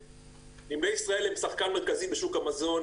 נמלי ישראל הם שחקן מרכזי בשוק המזון.